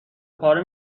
پاره